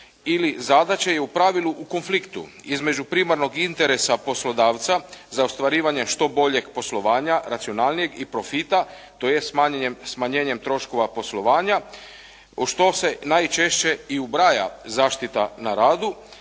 ili zadaće je u pravilu u konfliktu između primarnog interesa poslodavca za ostvarivanje što boljeg poslovanja, racionalnijeg i profita tj. smanjenjem troškova poslovanja u što se najčešće i ubraja zaštita na radu